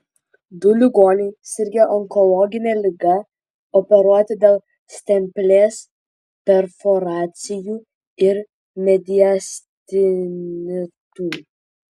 du ligoniai sirgę onkologine liga operuoti dėl stemplės perforacijų ir mediastinitų